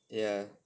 ya